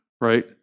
right